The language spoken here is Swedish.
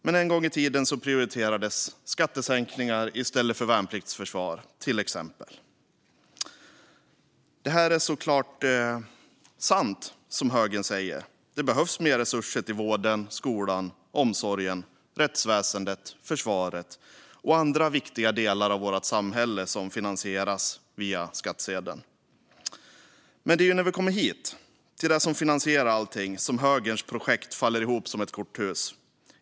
Men en gång i tiden prioriterades skattesänkningar i stället för till exempel värnpliktsförsvar. Det som högern säger är såklart sant - det behövs mer resurser till vården, skolan, omsorgen, rättsväsendet, försvaret och andra viktiga delar av vårt samhälle som finansieras via skattsedeln. Men det är när vi kommer hit, till det som finansierar allting, som högerns projekt faller ihop som ett korthus.